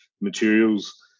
materials